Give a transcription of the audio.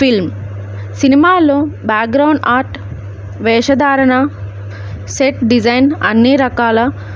film సినిమాల్లో background art వేషధారణ set design అన్నీ రకాల